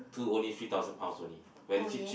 two only three thousand pounds only very cheap cheap